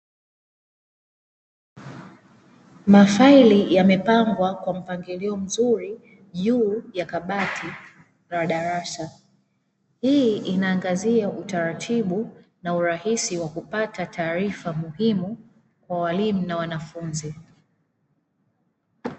Mafaili yamepangwa kwa mpangilio mzuri juu ya kabati la darasa hii inaangazia utaratibu na urahisi wakupata taarifa muhimu ya walimu na wanafunzi.